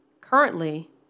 Currently